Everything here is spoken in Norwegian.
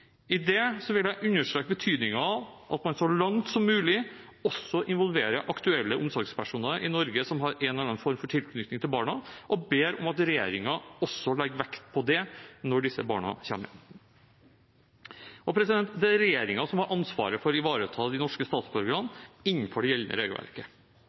at man, så langt det er mulig, også involverer aktuelle omsorgspersoner i Norge som har en eller annen form for tilknytning til barna, og jeg ber om at regjeringen også legger vekt på det når disse barna kommer hjem. Det er regjeringen som har ansvaret for å ivareta de norske statsborgerne innenfor det gjeldende regelverket.